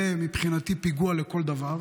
זה מבחינתי פיגוע לכל דבר,